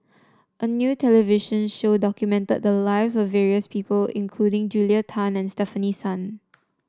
a new television show documented the lives of various people including Julia Tan and Stefanie Sun